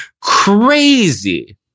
crazy